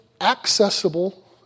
accessible